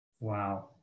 Wow